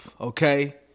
okay